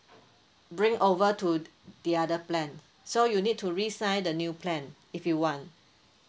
bring over to the other plan so you need to resign the new plan if you want